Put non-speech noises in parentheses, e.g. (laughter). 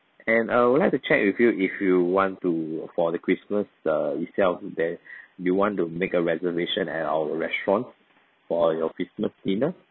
and I would like to check with you if you want to for the christmas uh itself that (breath) you want to make a reservation at our restaurant for your christmas dinner